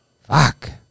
Fuck